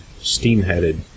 steamheaded